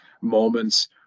moments